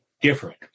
different